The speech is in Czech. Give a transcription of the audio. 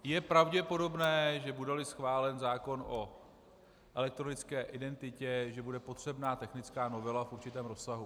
Je pravděpodobné, že budeli schválen zákon o elektronické identitě, bude potřebná technická novela v určitém rozsahu.